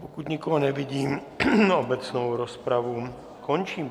Pokud nikoho nevidím, obecnou rozpravu končím.